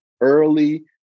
early